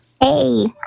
Hey